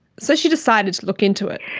so she decided to look into it.